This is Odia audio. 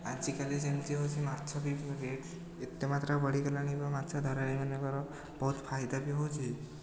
ଆଜିକାଲି ଯେମିତି ହେଉଛି ମାଛ ବି ରେଟ୍ ଏତେ ମାତ୍ରାରେ ବଢ଼ିଗଲାଣି ଏବଂ ମାଛ ଧରାଳିମାନଙ୍କର ବହୁତ ଫାଇଦା ବି ହେଉଛି